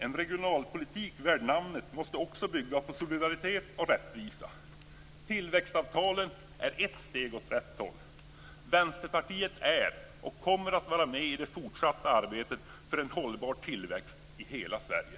En regionalpolitik värd namnet måste också bygga på solidaritet och rättvisa. Tillväxtavtalen är ett steg i rätt riktning. Vänsterpartiet är och kommer att vara med i det fortsatta arbetet för en hållbar tillväxt i hela Sverige!